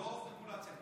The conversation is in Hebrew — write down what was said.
לא רגולציה.